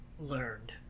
learned